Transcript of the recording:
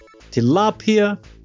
tilapia